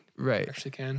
Right